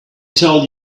tell